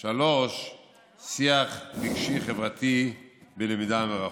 3. שיח רגשי-חברתי בלמידה מרחוק.